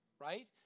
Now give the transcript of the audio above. right